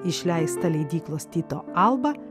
išleistą leidyklos tyto alba